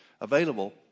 available